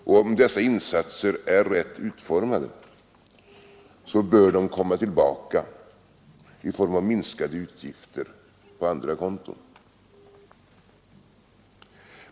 Om dessa insatser är rätt utformade, bör de komma tillbaka i form av minskade utgifter på andra konton.